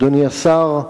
אדוני השר,